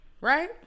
right